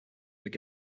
get